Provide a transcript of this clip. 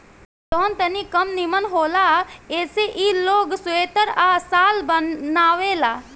जवन तनी कम निमन होला ऐसे ई लोग स्वेटर आ शाल बनावेला